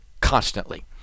constantly